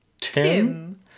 Tim